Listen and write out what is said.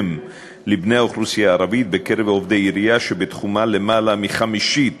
לבני האוכלוסייה הערבית בקרב עובדי עירייה שלמעלה מחמישית